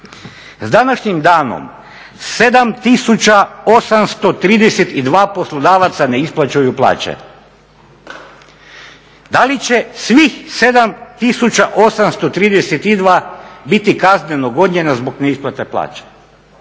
S današnjim danom 7832 poslodavca ne isplaćuju plaće. Da li će svih 7832 biti kazneno gonjena zbog neisplate plaća?